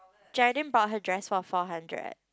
Jeraldine bought her dress for four hundred